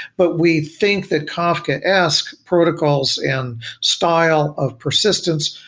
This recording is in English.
but we think that kafkaesque protocols and style of persistence,